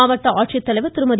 மாவட்ட ஆட்சித்தலைவர் திருமதி